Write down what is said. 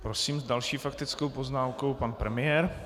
Prosím, s další faktickou poznámkou pan premiér.